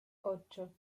ocho